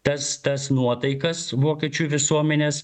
tas tas nuotaikas vokiečių visuomenės